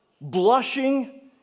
blushing